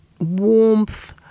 warmth